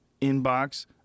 Inbox